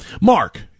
Mark